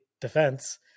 defense